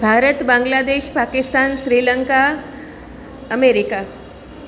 Bharat Bangladesh Pakistan Sri Lanka America